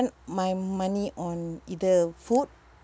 my money on either food